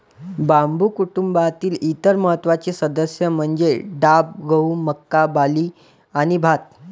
बांबू कुटुंबातील इतर महत्त्वाचे सदस्य म्हणजे डाब, गहू, मका, बार्ली आणि भात